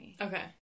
Okay